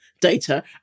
data